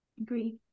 Agree